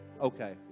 okay